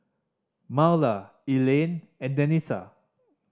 Marla Elaine and Danica